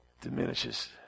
diminishes